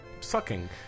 sucking